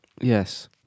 Yes